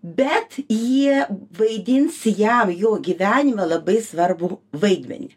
bet jie vaidins jam jo gyvenime labai svarbų vaidmenį